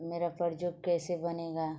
मेरा परजोक कैसे बनेगा